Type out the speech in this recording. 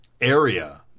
Area